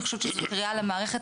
אני חושבת שזה קריאה למערכת,